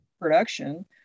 production